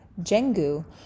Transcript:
Jengu